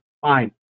fine